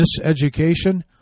Miseducation